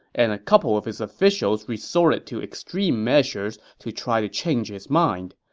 and a couple of his officials resorted to extreme measures to try to change his mind.